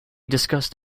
discussed